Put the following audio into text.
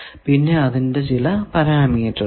പിന്നെ അതിന്റെ ചില പരാമീറ്ററുകൾ